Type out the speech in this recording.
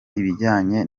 ibijyanye